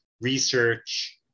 research